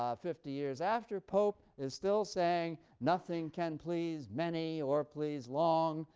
um fifty years after pope, is still saying, nothing can please many, or please long,